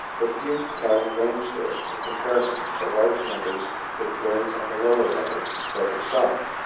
but few cattle range there in comparison to the large numbers that graze on the lower levels further south.